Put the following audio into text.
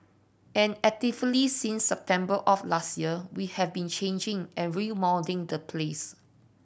and actively since September of last year we have been changing and remoulding the place